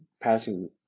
passing